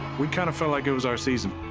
we kinda felt like it was our season,